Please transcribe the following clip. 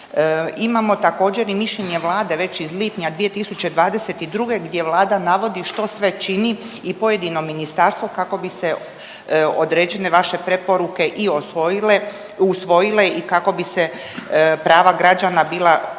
Imamo također i mišljenje Vlade već iz lipnja 2022. gdje Vlada navodi što sve čini i pojedino ministarstvo kako bi se određene vaše preporuke i osvojile usvojile i kako bi se prava građana bila što